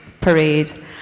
parade